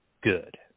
good